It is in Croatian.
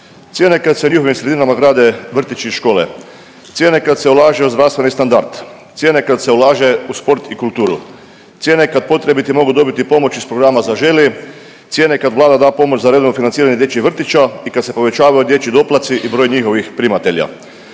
Cijene kad se u njihovim sredinama grade vrtići i škole, cijene kad se ulaže u zdravstveni standard, cijene kad se ulaže u sport i kulturu, cijene kad potrebiti mogu dobiti pomoć iz programa „Zaželi“, cijene kad Vlada da pomoć za redovno financiranje dječjih vrtića i kad se povećavaju dječji doplatci i broj njihovih primatelja,